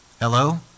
hello